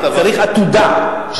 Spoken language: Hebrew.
עתודה,